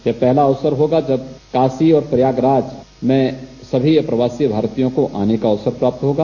यह पहला अवसर होगा जब काशी और प्रयागराज में सभी प्रवासी भारतीयों को आने का अवसर प्राप्त होगा